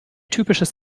typisches